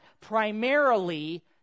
primarily